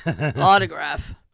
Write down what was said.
Autograph